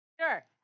Sure